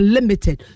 Limited